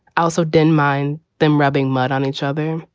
also don't mind them rubbing mud on each other.